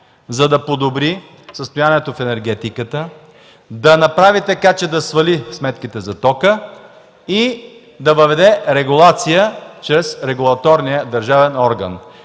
за да подобри състоянието в енергетиката, да направи така, че да свали сметките за тока и да въведе регулация чрез регулаторния държавен орган.